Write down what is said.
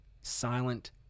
silent